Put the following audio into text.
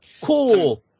cool